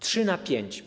Trzy na pięć.